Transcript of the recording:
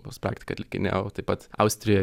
pas praktiką atlikinėjau taip pat austrijoj